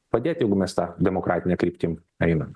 padėt jeigu mes ta demokratine kryptim einam